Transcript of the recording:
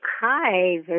Hi